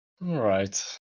Right